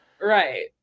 Right